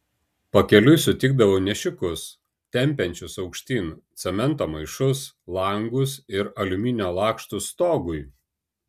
pakeliui sutikdavau nešikus tempiančius aukštyn cemento maišus langus ir aliuminio lakštus stogui